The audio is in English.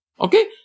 okay